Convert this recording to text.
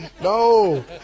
No